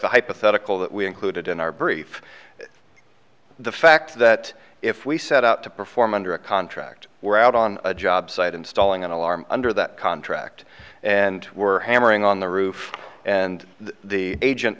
the hypothetical that we included in our brief the fact that if we set out to perform under a contract were out on a job site installing an alarm under that contract and were hammering on the roof and the agent